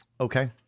Okay